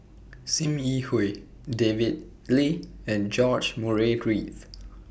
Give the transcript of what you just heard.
SIM Yi Hui David Lee and George Murray Reith